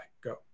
go